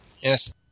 Yes